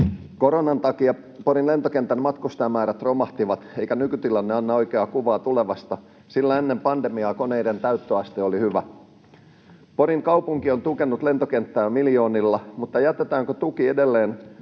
Koronan takia Porin lentokentän matkustajamäärät romahtivat, eikä nykytilanne anna oikeaa kuvaa tulevasta, sillä ennen pandemiaa koneiden täyttöaste oli hyvä. Porin kaupunki on tukenut lentokenttää miljoonilla, mutta jätetäänkö tuki edelleen